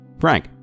Frank